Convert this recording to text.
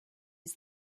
use